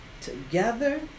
together